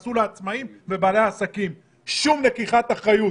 התייחסו לעצמאים ולבעלי העסקים - שום לקיחת אחריות.